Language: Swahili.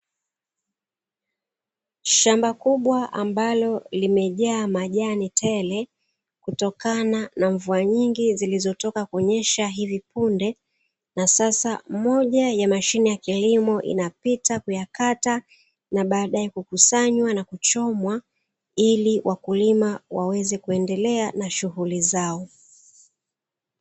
Shamba kubwa ambalo lililojaa majani tele kutokana na mvua nyingi zilizotoka kunyesha hivi punde, na sasa moja ya mashine ya kilimo inapita kuyakata na baadaye kukusanywa na kuchomwa ili wakulima waweze kuendelea na shughuli zao.